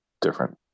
different